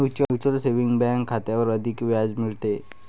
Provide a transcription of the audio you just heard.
mutual saving bank खात्यावर अधिक व्याज मिळते